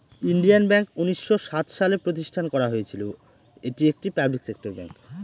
Indian bank উনিশশো সাত সালে প্রতিষ্ঠান করা হয়েছিল এটি একটি পাবলিক সেক্টর ব্যাঙ্ক